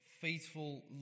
faithful